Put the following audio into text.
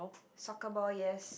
soccer ball yes